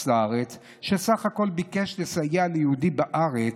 לארץ שבסך הכול ביקש לסייע ליהודי בארץ,